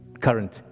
current